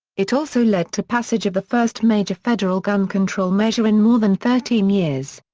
it also led to passage of the first major federal gun control measure in more than thirteen years.